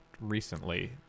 recently